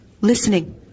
listening